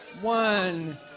one